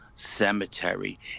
cemetery